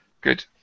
Good